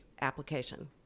application